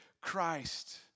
Christ